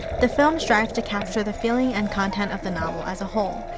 the film strives to capture the feeling and content of the novel as a whole,